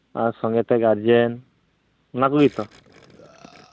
ᱟᱨ ᱥᱚᱝᱜᱮ ᱛᱮ ᱜᱟᱨᱡᱮᱱ ᱚᱱᱟ ᱠᱚᱜᱮ ᱛᱚ